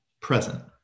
present